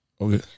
Okay